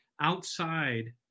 outside